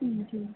हूं जी